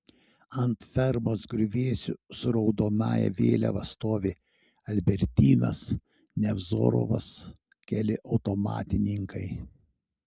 ant fermos griuvėsių su raudonąja vėliava stovi albertynas nevzorovas keli automatininkai